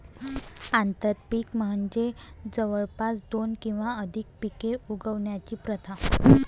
आंतरपीक म्हणजे जवळपास दोन किंवा अधिक पिके उगवण्याची प्रथा